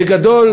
בגדול,